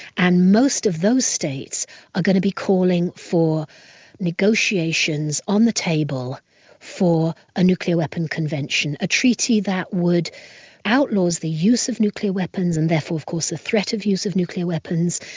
and most of those states are going to be calling for negotiations on the table for a nuclear weapon convention, a treaty that would outlaw the use of nuclear weapons and therefore of course the threat of use of nuclear weapons,